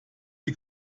die